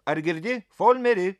ar girdi folmeri